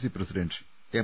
C president M